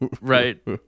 Right